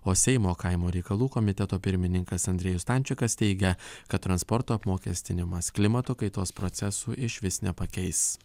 o seimo kaimo reikalų komiteto pirmininkas andriejus stančikas teigia kad transporto apmokestinimas klimato kaitos procesų išvis nepakeis